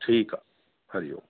ठीकु आहे हरि ओम